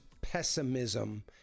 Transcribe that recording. pessimism